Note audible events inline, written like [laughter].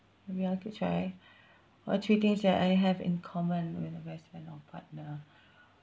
maybe I could try [breath] what three things that I have in common with my best friend or partner [breath]